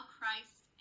Christ